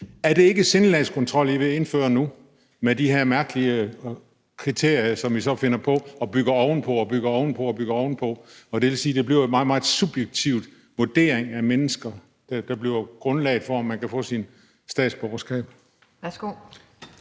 Er det ikke sindelagskontrol, I vil indføre nu med de her mærkelige kriterier, som I finder på og bygger oven på og bygger oven på? Det vil sige, at det bliver en meget, meget subjektiv vurdering af mennesker, der bliver grundlag for, om man kan få sit statsborgerskab.